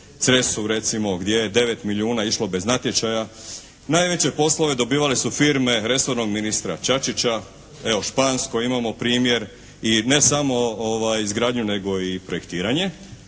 Cresu recimo gdje je 9 milijuna išlo bez natječaja. Najveće poslove dobivale su firme resornog ministra Čačića. Evo Špansko imamo primjer i ne samo izgradnju nego i projektiranje